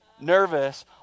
nervous